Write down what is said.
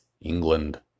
England